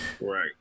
Right